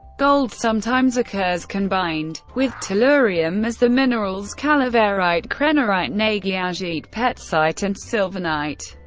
gold sometimes occurs combined with tellurium as the minerals calaverite, krennerite, nagyagite, petzite and sylvanite,